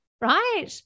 right